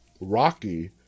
Rocky